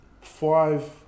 five